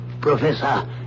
Professor